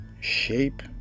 shape